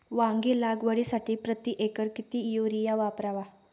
वांगी लागवडीसाठी प्रति एकर किती युरिया वापरावा?